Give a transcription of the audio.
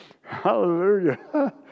Hallelujah